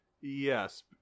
Yes